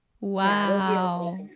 wow